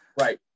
right